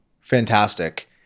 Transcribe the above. Fantastic